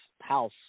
house